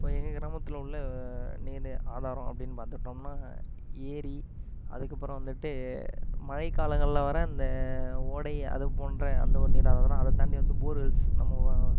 இப்போ எங்கள் கிராமத்தில் உள்ள நீர்நிலை ஆதாரம் அப்படின்னு பார்த்துக்கிட்டோம்னா ஏரி அதுக்கப்புறம் வந்துட்டு மழைக்காலங்களில் வர இந்த ஓடை அது போன்ற அந்த ஒரு நீர் ஆதாரம் அதைத் தாண்டி வந்து போர்வெல்ஸ் நம்ம